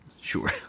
Sure